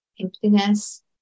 emptiness